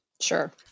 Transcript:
Sure